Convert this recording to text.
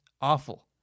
awful